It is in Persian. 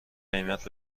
قیمت